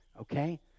Okay